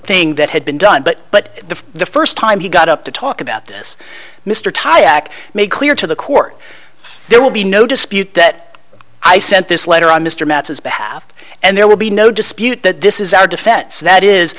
thing that had been done but but the first time he got up to talk about this mr tie ach made clear to the court there will be no dispute that i sent this letter on mr matzos behalf and there will be no dispute that this is our defense that is